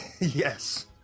Yes